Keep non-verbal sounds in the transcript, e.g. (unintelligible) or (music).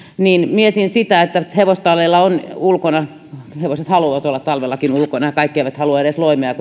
mietin sitä että hevostalleilla ulkona hevoset haluavat olla talvellakin ulkona ja jotkut kuten suomenhevoset eivät halua edes loimea (unintelligible)